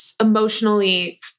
emotionally